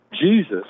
Jesus